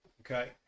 okay